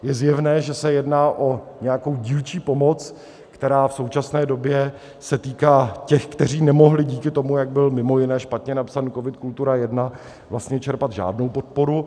Je zjevné, že se jedná o nějakou dílčí pomoc, která v současné době se týká těch, kteří nemohli díky tomu, jak byl mimo jiné špatně napsaný COVID Kultura I, vlastně čerpat žádnou podporu.